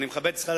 אני שואל אותך,